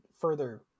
further